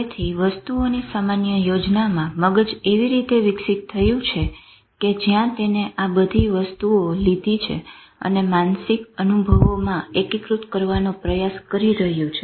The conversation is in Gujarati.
તેથી વસ્તુઓનિ સામાન્ય યોજનામાં મગજ એવી રીતે વિક્ષિત થયું છે કે જ્યાં તેને આ બધી વસ્તુઓ લીધી છે અને માનસિક અનુભવોમાં એકીકૃત કરવાનો પ્રયાસ કરી રહ્યું છે